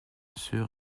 sur